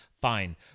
fine